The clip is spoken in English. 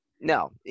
no